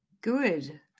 good